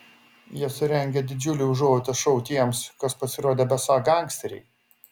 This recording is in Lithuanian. jie surengė didžiulį užuojautos šou tiems kas pasirodė besą gangsteriai